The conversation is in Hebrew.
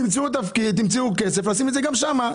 תמצאו כסף לשים את זה גם שם.